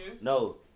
no